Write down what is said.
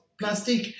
Plastic